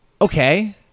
Okay